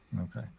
Okay